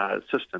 system